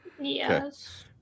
Yes